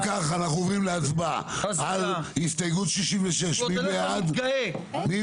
אם כך אנחנו עוברים להצבעה על הסתייגות 66. מי בעד?